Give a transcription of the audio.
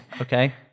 okay